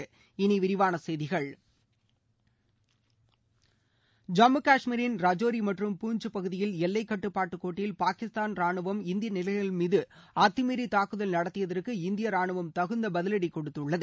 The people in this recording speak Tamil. இனி விரிவான செய்திகள் ஜம்மு காஷ்மீரின் ரஜோரி மற்றும் பூஞ்ச் பகுதியில் எல்லை கட்டுப்பாட்டுக் கோட்டில் பாகிஸ்தான் ரானுவம் இந்திய நிலைகள் மீது அத்துமீறி தாக்குதல் நடத்தியதற்கு இந்திய ரானுவம் தகுந்த பதிவடி கொடுத்துள்ளது